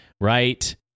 right